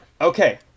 Okay